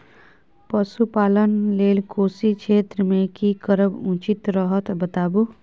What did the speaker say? पशुपालन लेल कोशी क्षेत्र मे की करब उचित रहत बताबू?